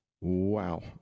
Wow